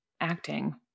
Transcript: acting